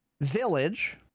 Village